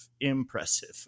Impressive